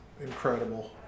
incredible